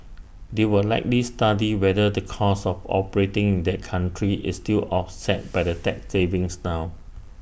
they will likely study whether the cost of operating in that country is still offset by the tax savings now